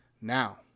now